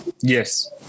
Yes